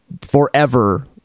forever